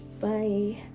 Bye